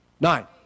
Nine